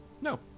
No